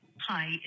Hi